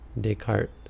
Descartes